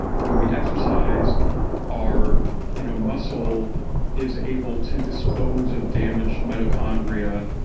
when we exercise our you know muscle is able to dispose of damaged mitochondria.